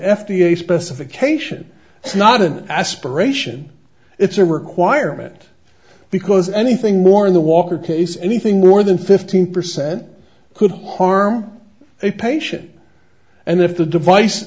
a specification it's not an aspiration it's a requirement because anything more in the walker case anything more than fifteen percent could harm a patient and if the device